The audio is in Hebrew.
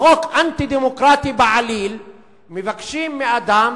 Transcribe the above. בחוק אנטי-דמוקרטי בעליל מבקשים מאדם